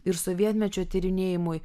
ir sovietmečio tyrinėjimui